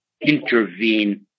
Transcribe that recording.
intervene